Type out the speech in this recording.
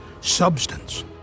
substance